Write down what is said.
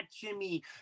Jimmy